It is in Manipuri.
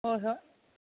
ꯍꯣꯏ ꯍꯣꯏ